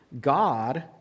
God